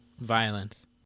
violence